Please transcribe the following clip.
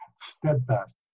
Steadfast